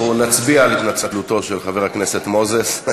אנחנו נצביע על התנצלותו של חבר הכנסת מוזס.